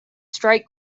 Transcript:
strike